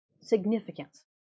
Significance